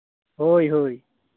ᱦᱳᱭ ᱦᱳᱭ